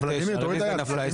הרביזיה הוסרה.